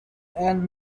and